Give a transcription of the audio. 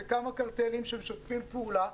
זה כמה קרטלים שמשתפים פעולה,